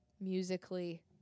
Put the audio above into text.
musically